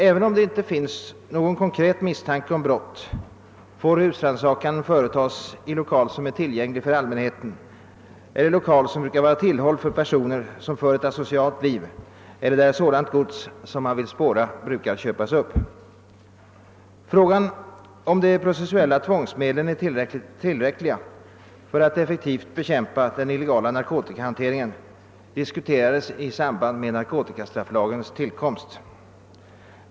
även om det inte finns någon konkret misstanke om brott får husrannsakan företas i lokal som är tillgänglig för allmänheten eller brukar vara tillhåll för personer som för ett asocialt liv eller där sådant gods som man vill spåra brukar köpas upp. Frågan, om de processuella tvångsmedlen är tillräckliga för att effektivt bekämpa den illegala handlingen, diskuterades i samband med narkotikastrafflagens tillkomst.